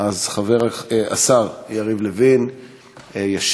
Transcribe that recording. אז השר יריב לוין ישיב.